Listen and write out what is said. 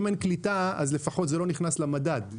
אם אין קליטה זה לפחות לא נכנס למדד.